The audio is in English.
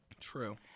True